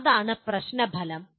അതാണ് പ്രശ്ന ഫലം 1